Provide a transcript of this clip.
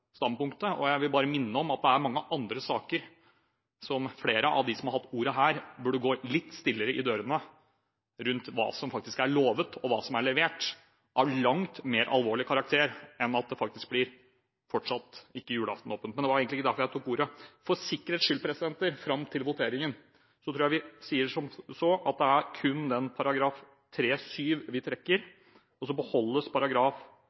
Jeg vil bare minne om det er mange andre saker der flere av dem som har hatt ordet her, burde gått litt stillere i dørene med hensyn til hva som faktisk er lovet, og hva som er levert – saker av langt mer alvorlig karakter enn at Vinmonopolet faktisk fortsatt ikke får holde åpent på julaften. Men det var ikke derfor jeg tok ordet. For sikkerhets skyld: Fram til voteringen tror jeg vi sier som så at det kun er § 3-7 vi trekker, og at vi